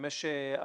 אם יש הצעות,